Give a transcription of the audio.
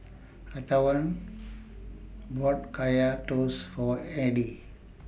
Antwain bought Kaya Toast For Audy